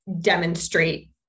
demonstrate